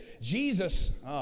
Jesus